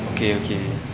okay okay